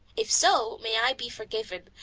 if so, may i be forgiven,